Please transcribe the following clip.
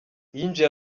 yinjiye